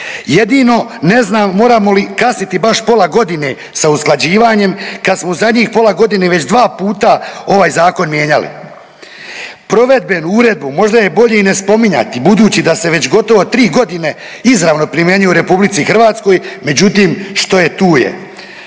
Jedino ne znam moramo li kasniti baš pola godine sa usklađivanjem kad smo u zadnjih pola godine već dva puta ovaj zakon mijenjali. Provedbenu uredbu možda je bolje i ne spominjati budući da se već gotovo 3 godine izravno primjenjuje u RH, međutim što je tu je.